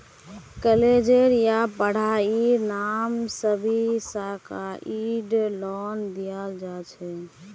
कालेजेर या पढ़ाईर नामे सब्सिडाइज्ड लोन दियाल जा छेक